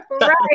Right